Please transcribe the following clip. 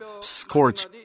scorch